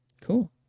Cool